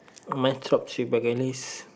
my top three bucket list